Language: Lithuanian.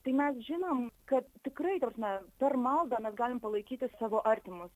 tai mes žinom kad tikrai ta prasme per maldą mes galim palaikyti savo artimus